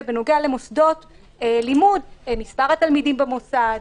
ובנוגע למוסדות לימוד: מספר התלמידים במוסד,